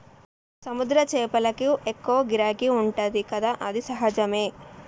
సముద్ర చేపలకు ఎక్కువ గిరాకీ ఉంటది కదా అది సహజమే